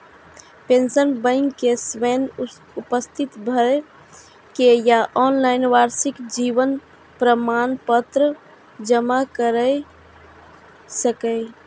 pensioner bank मे स्वयं उपस्थित भए के या ऑनलाइन वार्षिक जीवन प्रमाण पत्र जमा कैर सकैए